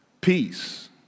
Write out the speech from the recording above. peace